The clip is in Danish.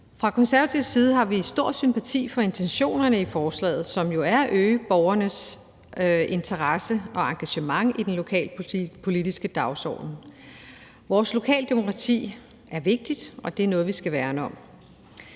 Fra Konservatives side har vi stor sympati for intentionerne i forslaget, som jo er at øge borgernes interesse og engagement i den lokalpolitiske dagsorden. Vores lokaldemokrati er vigtigt, og det er noget, vi skal værne om.